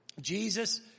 Jesus